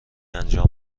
انجام